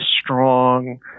strong